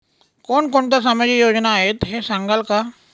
कोणकोणत्या सामाजिक योजना आहेत हे सांगाल का?